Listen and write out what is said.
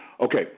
Okay